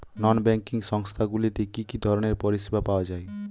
নন banking সংস্থা গুলিতে কি কি ধরনের পরিসেবা পাওয়া য়ায়?